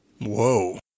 Whoa